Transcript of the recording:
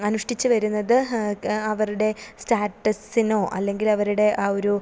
അനുഷ്ഠിച്ച് വരുന്നത് അവരടെ സ്റ്റാറ്റസിനോ അല്ലെങ്കിൽ അവരുടെ ആ ഒരു